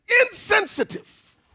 insensitive